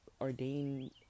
ordained